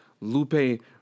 Lupe